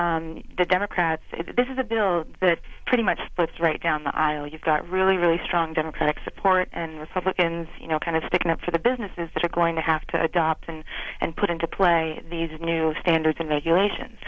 see the democrats this is a bill that pretty much split right down the aisle you've got really really strong democratic support and republicans you know kind of sticking up for the businesses that are going to have to adopt and and put into play these new standards and regulations